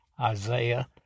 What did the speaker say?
isaiah